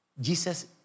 Jesus